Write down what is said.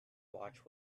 watch